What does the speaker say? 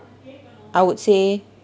I would say